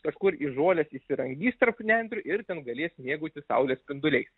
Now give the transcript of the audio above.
kažkur į žoles įsirangys tarp nendrių ir ten galės mėgautis saulės spinduliais